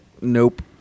nope